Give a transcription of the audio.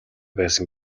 байсан